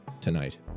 tonight